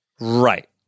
Right